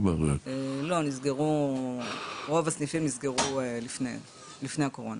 רוב הסניפים נסגרו לפני הקורונה.